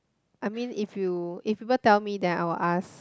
I mean if you if people tell me then I will ask